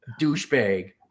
douchebag